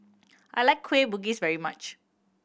I like Kueh Bugis very much